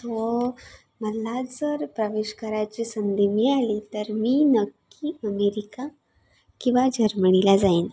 so मला जर प्रवेश करायची संधी मिळाली तर मी नक्की अमेरिका किंवा जर्मणीला जाईन